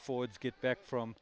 forwards get back from